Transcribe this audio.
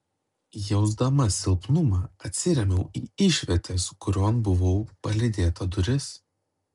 jausdama silpnumą atsirėmiau į išvietės kurion buvau palydėta duris